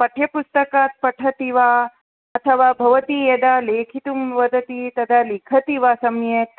पठ्यपुस्तकात् पठति वा अथवा भवति यदा लेखितुं वदति तदा लिखति वा सम्यक्